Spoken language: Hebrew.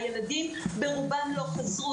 הילדים ברובם לא חזרו.